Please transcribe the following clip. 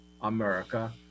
America